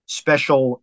special